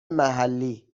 محلی